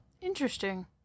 Interesting